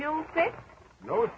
you know